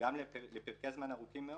גם לפרקי זמן ארוכים מאוד,